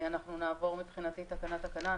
אנחנו נעבור מבחינתי תקנה תקנה.